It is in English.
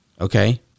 Okay